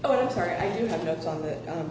oh i'm sorry i do have